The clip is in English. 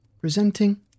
Presenting